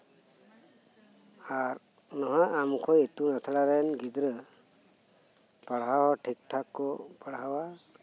ᱟᱨ ᱱᱚᱣᱟ ᱟᱢᱠᱷᱳᱭ ᱤᱛᱩᱱ ᱟᱥᱲᱟ ᱨᱮᱱ ᱜᱤᱫᱽᱨᱟᱹ ᱯᱟᱲᱦᱟᱣ ᱴᱷᱤᱠᱼᱴᱷᱟᱠ ᱠᱚ ᱯᱟᱲᱦᱟᱣᱟ